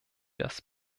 das